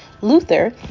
luther